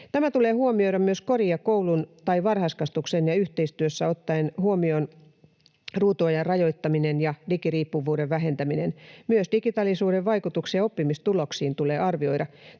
Tämä tulee huomioida myös kodin ja koulun tai varhaiskasvatuksen yhteistyössä ottaen huomioon ruutuajan rajoittaminen ja digiriippuvuuden vähentäminen. Myös digitalisuuden vaikutuksia oppimistuloksiin tulee arvioida.